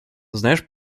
знаешь